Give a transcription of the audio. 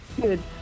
Good